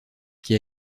qui